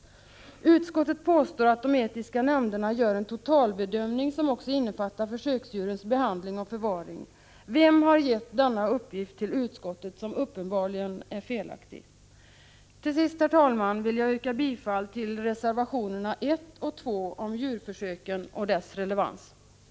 Utskottet påstår att de etiska nämnderna gör en totalbedömning, som också innefattar försöksdjurens behandling och förvaring. Vem har gett denna uppenbarligen felaktiga uppgift till utskottet? Herr talman! Jag vill yrka bifall till reservationerna 1 och 2 om djurförsö — Prot. 1985/86:38